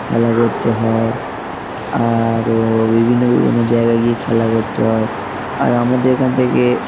খেলা করতে হয় আরও বিভিন্ন বিভিন্ন জায়গায় গিয়ে খেলা করতে হয় আর আমাদের এখান থেকে